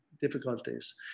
difficulties